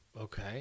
Okay